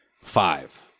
five